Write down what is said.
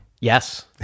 yes